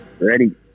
Ready